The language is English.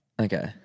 Okay